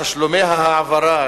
תשלומי ההעברה,